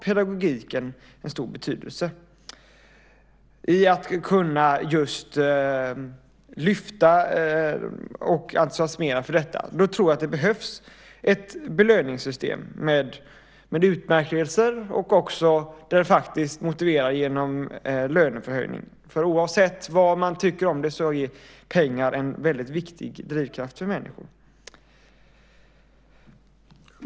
Pedagogiken har en stor betydelse just när det gäller att kunna entusiasmera. Då tror jag att det behövs ett belöningssystem med utmärkelser och också att man motiverar genom löneförhöjning. Oavsett vad man tycker om det så är pengar en väldigt viktig drivkraft för människor.